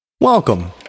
Welcome